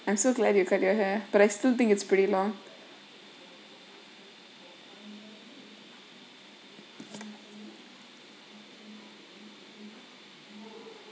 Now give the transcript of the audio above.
I'm so glad you cut your hair but I still think it's pretty long